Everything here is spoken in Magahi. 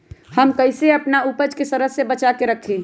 हम कईसे अपना उपज के सरद से बचा के रखी?